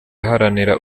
aharanira